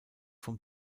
vom